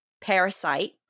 Parasite